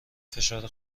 فشار